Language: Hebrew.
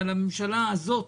אבל הממשלה הזאת